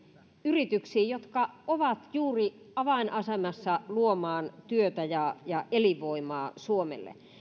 yrityksiin jotka ovat juuri avainasemassa luomaan työtä ja ja elinvoimaa suomelle